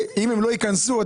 לא ייכנסו,